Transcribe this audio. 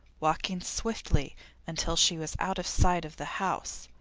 walking swiftly until she was out of sight of the house.